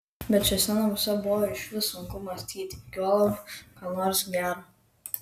bet šiuose namuose buvo išvis sunku mąstyti juolab ką nors gero